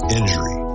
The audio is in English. injury